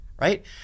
right